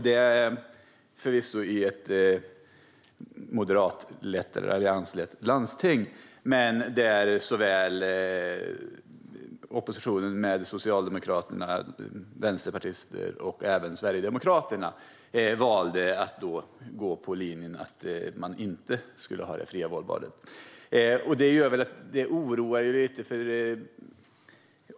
Det är förvisso ett allianslett landsting, men även oppositionen med Socialdemokraterna, Vänsterpartiet och Sverigedemokraterna valde att gå på linjen att inte ha det fria vårdvalet. Det oroar mig lite.